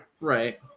Right